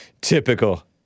Typical